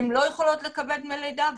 הן לא יכולות לקבל דמי לידה,